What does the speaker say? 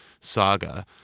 saga